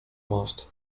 most